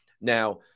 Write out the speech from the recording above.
Now